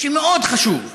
שהוא מאוד חשוב לנו,